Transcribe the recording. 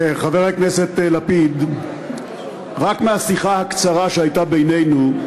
חבר הכנסת לפיד, רק מהשיחה הקצרה שהייתה בינינו,